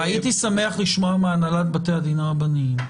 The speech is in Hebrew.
הייתי שמח לשמוע מהנהלת בתי הדין הרבניים.